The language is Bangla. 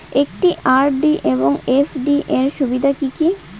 একটি আর.ডি এবং এফ.ডি এর সুবিধা কি কি?